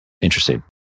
Interesting